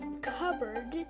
cupboard